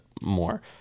more